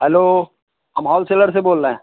hello हम wholesaler से बोल रहे हैं